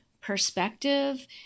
perspective